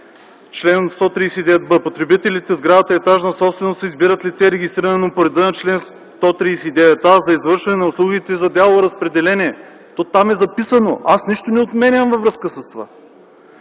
Член 139б: „Потребителите в сградата-етажна собственост, избират лице, регистрирано по реда на чл. 139а за извършване на услугите за дялово разпределение”. Там е записано, аз нищо не отменям във връзка с това.